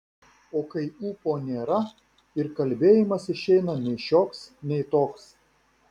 o kai ūpo nėra ir kalbėjimas išeina nei šioks nei toks